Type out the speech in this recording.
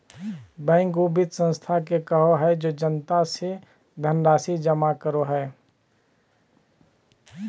bank उ वित संस्था के कहो हइ जे जनता से धनराशि जमा करो हइ